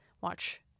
watch